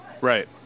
Right